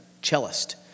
cellist